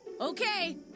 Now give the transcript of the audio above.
okay